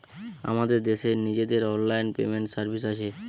আমাদের দেশের নিজেদের অনলাইন পেমেন্ট সার্ভিস আছে